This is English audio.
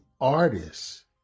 artists